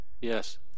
Yes